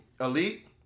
elite